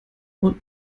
und